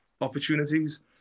opportunities